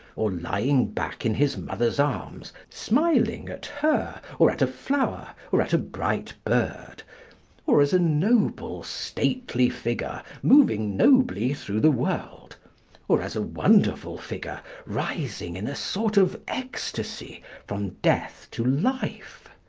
or lying back in his mother's arms, smiling at her, or at a flower, or at a bright bird or as a noble, stately figure moving nobly through the world or as a wonderful figure rising in a sort of ecstasy from death to life.